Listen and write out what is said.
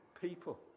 people